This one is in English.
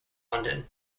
london